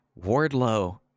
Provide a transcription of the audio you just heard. Wardlow